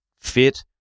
fit